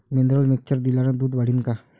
Mineral mixture दिल्यानं दूध वाढीनं का?